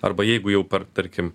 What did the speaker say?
arba jeigu jau per tarkim